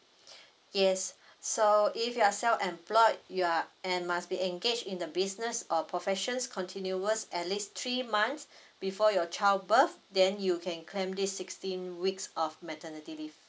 yes so if you are self employed you are and must be engaged in the business or professions continuous at least three months before your child birth then you can claim this sixteen weeks of maternity leave